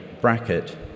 bracket